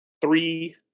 three